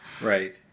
right